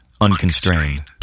unconstrained